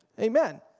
Amen